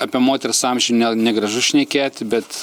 apie moters amžių ne negražu šnekėti bet